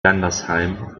gandersheim